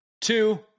Two